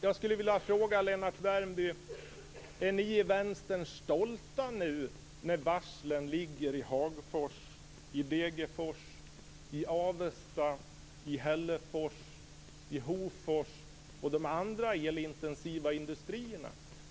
Jag vill fråga Lennart Värmby: Är ni i Vänstern stolta nu när varslen ligger i Hagfors, i Degerfors, i Avesta, i Hällefors, i Hofors och i de andra elintensiva industriorterna?